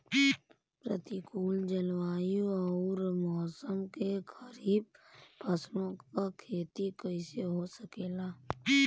प्रतिकूल जलवायु अउर मौसम में खरीफ फसलों क खेती कइसे हो सकेला?